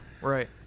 right